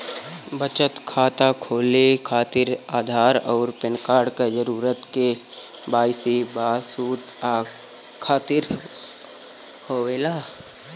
बचत खाता खोले खातिर आधार और पैनकार्ड क जरूरत के वाइ सी सबूत खातिर होवेला